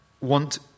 want